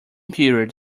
period